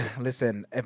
Listen